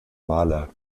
maler